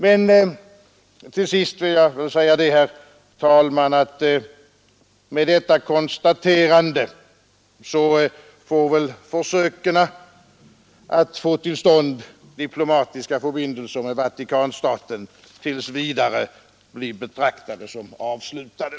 Med detta konstaterande får försöken att få till stånd diplomatiska förbindelser med Vatikanstaten tills vidare betraktas som avslutade.